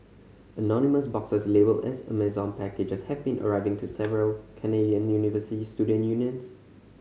anonymous boxes labelled as Amazon packages have been arriving to several Canadian university student unions